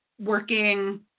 working